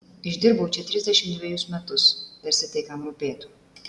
išdirbau čia trisdešimt dvejus metus tarsi tai kam rūpėtų